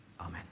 Amen